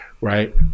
right